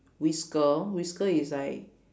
whisker whisker is like